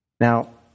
Now